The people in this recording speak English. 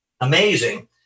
amazing